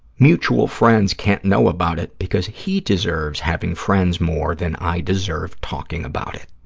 mutual friends can't know about it because he deserves having friends more than i deserve talking about it.